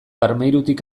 armairutik